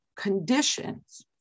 Conditions